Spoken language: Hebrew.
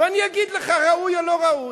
ואני אגיד לך: ראוי, או: לא ראוי.